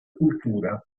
cultura